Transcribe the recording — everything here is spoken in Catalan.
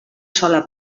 sola